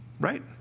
right